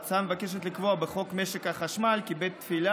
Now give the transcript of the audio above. ההצעה מבקשת לקבוע בחוק משק החשמל כי בית תפילה